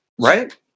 Right